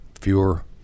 fewer